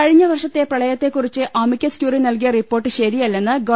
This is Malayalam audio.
കഴിഞ്ഞ വർഷത്തെ പ്രളയത്തെ കുറിച്ച് അമിക്കസ് ക്യൂറി നൽകിയ റിപ്പോർട്ട് ശരിയല്ലെന്ന് ഗവ